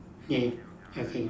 ya ya okay